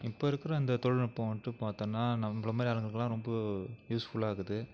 இப்போ இருக்கிற இந்த தொழில்நுட்பம் வந்துட்டு பார்த்தோனா நம்மள மாதிரி ஆளுங்களுக்கெல்லாம் ரொம்ப யூஸ்ஃபுல்லாக இருக்குது